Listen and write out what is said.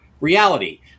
reality